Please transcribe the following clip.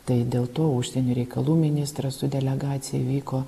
tai dėl to užsienio reikalų ministras su delegacija vyko